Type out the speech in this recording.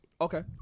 Okay